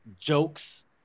jokes